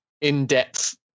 in-depth